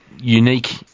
unique